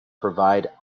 provide